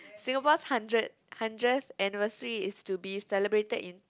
Singapore's hundred hundred anniversary is to be celebrated in